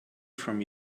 from